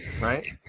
right